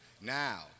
now